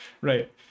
right